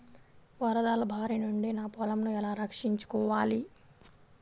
వరదల భారి నుండి నా పొలంను ఎలా రక్షించుకోవాలి?